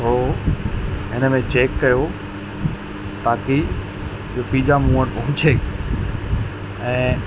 उहो हिन में चैक कयो ताकी इहो पिज़्ज़ा मूं वटि पहुचे ऐं